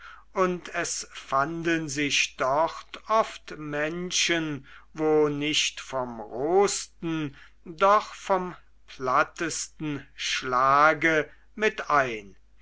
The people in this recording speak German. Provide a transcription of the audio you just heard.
und es fanden sich dort oft menschen wo nicht vom rohsten doch vom plattsten schlage mit ein